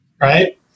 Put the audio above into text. right